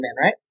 right